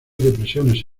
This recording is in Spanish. depresiones